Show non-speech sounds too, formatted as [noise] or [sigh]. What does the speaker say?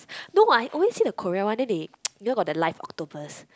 no I always see the Korean one then they [noise] you know got the live octopus